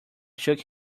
shook